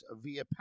via